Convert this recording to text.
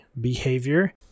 behavior